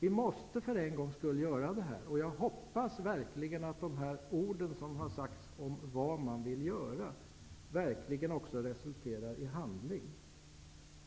Vi måste för en gångs skull göra det. Jag hoppas verkligen att det som har sagts om vad man vill göra verkligen också resulterar i handling.